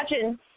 imagine